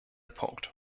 punkt